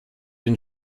den